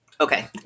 Okay